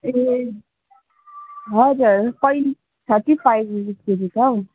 ए हजुर पै thirty five rupees KG छ हौ